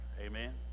amen